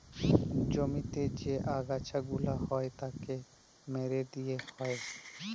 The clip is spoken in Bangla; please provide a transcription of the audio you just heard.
জমিতে যে আগাছা গুলা হ্যয় তাকে মেরে দিয়ে হ্য়য়